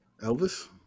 Elvis